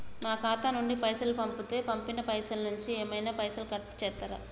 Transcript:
నా ఖాతా నుండి పైసలు పంపుతే పంపిన పైసల నుంచి ఏమైనా పైసలు కట్ చేత్తరా?